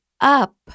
up